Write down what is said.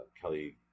Kelly